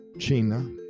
China